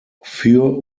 für